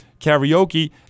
karaoke